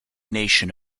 nation